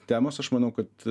temos aš manau kad